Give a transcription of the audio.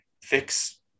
fix